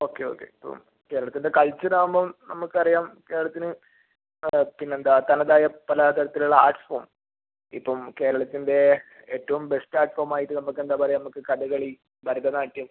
okay okay ഇപ്പം കേരളത്തിൻ്റെ കൾച്ചറാകുമ്പോൾ നമുക്കറിയാം കേരളത്തിന് പിന്നെന്താണ് തനതായ പലതരത്തിലുള്ള ആർട്സ് ഫോം ഇപ്പം കേരളത്തിൻ്റെ ഏറ്റവും ബെസ്റ്റ് ആർട്ട് ഫോമായിട്ട് നമുക്കെന്താണ് പറയുക നമുക്ക് കഥകളി ഭരതനാട്യം